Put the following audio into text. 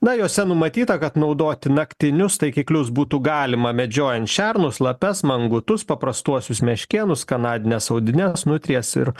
na jose numatyta kad naudoti naktinius taikiklius būtų galima medžiojant šernus lapes mangutus paprastuosius meškėnus kanadines audines nutrijas ir